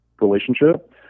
relationship